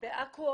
בעכו